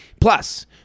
Plus